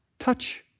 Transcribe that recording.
Touch